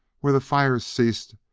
where the fires ceased,